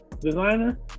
designer